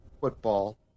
football